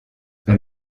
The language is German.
wenn